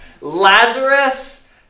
Lazarus